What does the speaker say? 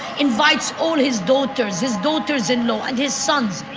invites all his daughters, his daughters-in-law, and his sons.